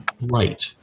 right